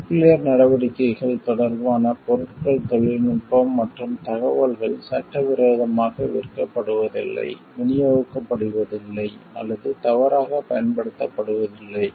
nuclear நடவடிக்கைகள் தொடர்பான பொருட்கள் தொழில்நுட்பம் மற்றும் தகவல்கள் சட்டவிரோதமாக விற்கப்படுவதில்லை விநியோகிக்கப்படுவதில்லை அல்லது தவறாகப் பயன்படுத்தப்படுவதில்லை